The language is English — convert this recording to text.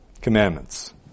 Commandments